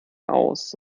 aus